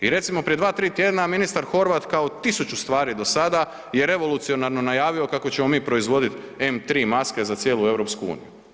I recimo prije 2-3 tjedna ministar Horvat kao tisuću stvari do sada je revolucionarno najavio kako ćemo mi proizvodit M3 maske za cijelu EU.